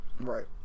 Right